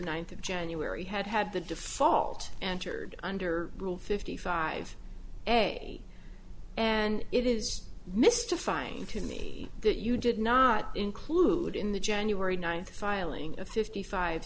ninth of january had had the default answered under rule fifty five a and it is mystifying to me that you did not include in the january ninth filing a fifty five